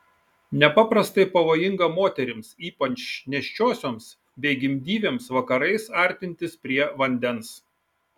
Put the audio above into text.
nepaprastai pavojinga moterims ypač nėščiosioms bei gimdyvėms vakarais artintis prie vandens